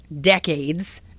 decades